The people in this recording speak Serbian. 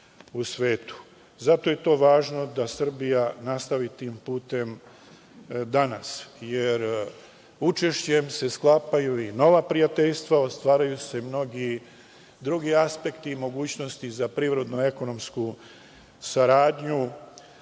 Zato je to važno da Srbija nastavi tim putem danas, jer učešćem se sklapaju i nova prijateljstva, otvaraju se mnogi drugi aspekti i mogućnosti za privredno-ekonomsku saradnju,